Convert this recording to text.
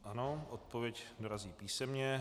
Ano, odpověď dorazí písemně.